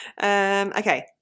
Okay